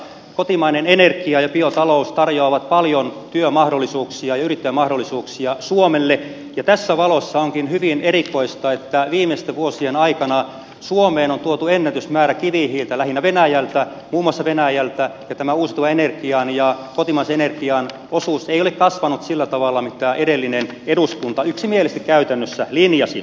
joka tapauksessa kotimainen energia ja biotalous tarjoavat paljon työmahdollisuuksia ja yrittäjämahdollisuuksia suomelle ja tässä valossa onkin hyvin erikoista että viimeisten vuosien aikana suomeen on tuotu ennätysmäärä kivihiiltä muun muassa venäjältä ja tämän uusiutuvan energian ja kotimaisen energian osuus ei ole kasvanut sillä tavalla kuin edellinen eduskunta yksimielisesti käytännössä linjasi